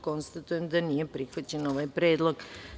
Konstatujem da nije prihvaćen ovaj predlog.